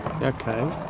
okay